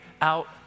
out